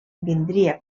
vindria